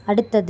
அடுத்தது